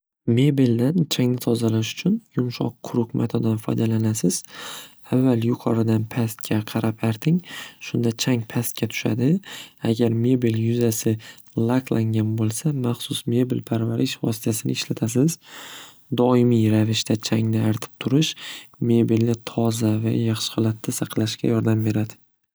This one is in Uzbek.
Mebeldan changni tozalash uchun yumshoq, quruq, matodan foydalanasiz. Avval yuqoridan pastga qarab arting! Shunda chang pastga tushadi. Agar mebel yuzasi laklangan bo'lsa, maxsus mebel parvarish vositasini ishlatasiz. Doimiy ravishda changni artib turish mebelni toza va yaxshi holatda saqlashga yordam beradi.